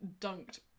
dunked